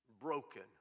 broken